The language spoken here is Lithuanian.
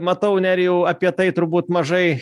matau nerijau apie tai turbūt mažai